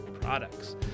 products